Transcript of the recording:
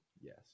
Yes